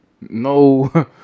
No